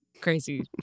crazy